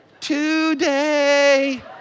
today